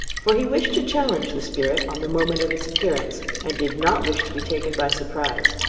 for he wished to challenge the spirit on the moment of its appearance, and did not wish to be taken by surprise,